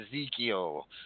Ezekiel